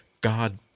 God